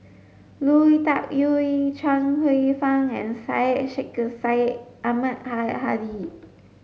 Lui Tuck Yew Chuang Hsueh Fang and Syed Sheikh Syed Ahmad Al Hadi